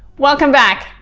welcome back!